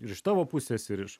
ir iš tavo pusės ir iš